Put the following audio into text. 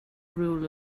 rule